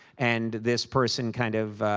and this person kind of,